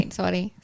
sorry